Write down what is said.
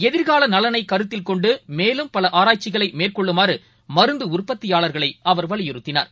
எதிர்காலநலனைகருத்தில் கொண்டுமேலும் பல ஆராய்ச்சிகளை மேற்கொள்ளுமாறுமருந்து ற்பத்தியாளர்களை அவர் வலியுறுத்தினார்